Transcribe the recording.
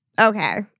okay